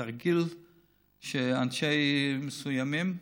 תרגיל של אנשים מסוימים,